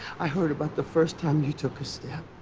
i heard about the first time you took a step.